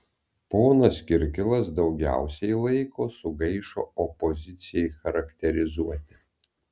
ponas kirkilas daugiausiai laiko sugaišo opozicijai charakterizuoti